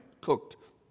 cooked